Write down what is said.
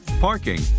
parking